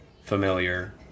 familiar